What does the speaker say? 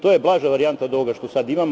To je blaža varijanta od ovoga što sada imamo.